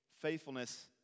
faithfulness